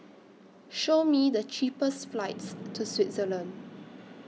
Show Me The cheapest flights to Switzerland